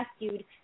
rescued